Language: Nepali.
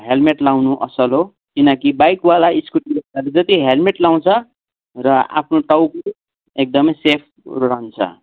हेल्मेट लाउनु असल हो किनकि बाइकवाला स्कुटिवालाहरूले जति हेल्मेट लाउँछ र आफ्नो टाउको एकदमै सेफ रहन्छ